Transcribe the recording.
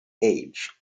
age